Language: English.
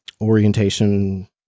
orientation